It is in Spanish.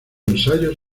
ensayos